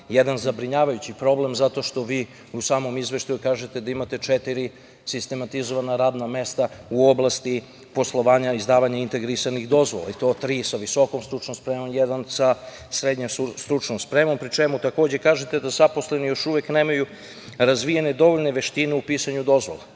jedan zabrinjavajući problem, zato što vi u samom izveštaju kažete da imate četiri sistematizovana radna mesta u oblasti poslovanja i izdavanja integrisanih dozvola i to tri sa visokom stručnom spremom, jedan sa srednjom stručnom spremom, pri čemu takođe kažete da zaposleni još uvek nemaju razvijene dovoljne veštine u pisanju dozvola